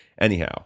anyhow